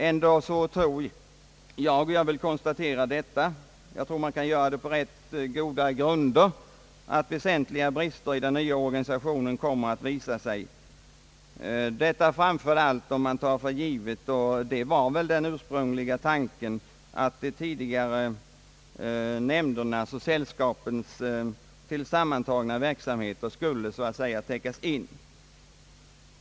Ändå vill jag konstatera — jag tror att jag kan göra det på goda grunder — att väsentliga brister i den nya organisationen kommer att visa sig. Detta framför allt om man tar för givet och det var väl den ursprungliga tanken — att de tidigare nämndernas och sällskapens tillsammantagna verksamheter skulle täckas in.